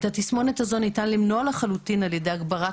את התסמונת הזו ניתן למנוע לחלוטין על ידי הגברת